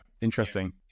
interesting